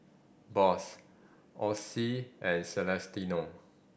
Boss Osie and Celestino